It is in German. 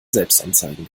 selbstanzeigen